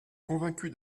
convaincu